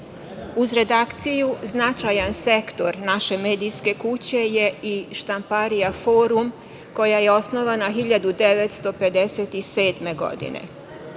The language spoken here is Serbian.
redakciju značajan sektor naše medijske kuće je i štamparija „Forum“ koja je osnovana 1957. godine.